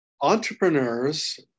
entrepreneurs